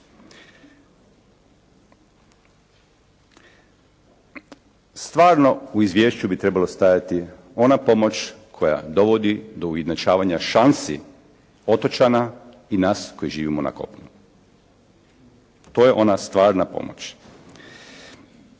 Stvarno u izvješću bi trebalo stajati, ona pomoć koja dovodi do ujednačavanja šansi otočana i nas koji živimo na kopnu. To je ona stvarna pomoć.